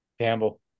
Campbell